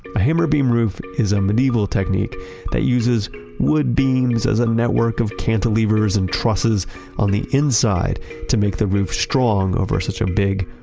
a hammer-beam roof is a medieval technique that uses wood beams as a network of cantilevers and trusses on the inside to make the roof strong over such a big,